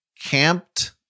Camped